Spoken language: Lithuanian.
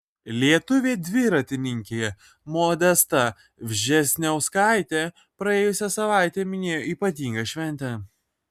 lietuvė dviratininkė modesta vžesniauskaitė praėjusią savaitę minėjo ypatingą šventę